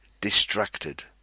distracted